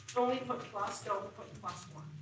only put plus, don't put plus one.